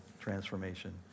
transformation